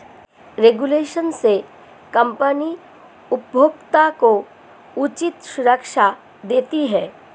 regulation से company उपभोक्ता को उचित सुरक्षा देती है